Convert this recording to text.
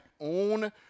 own